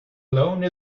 alone